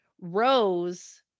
Rose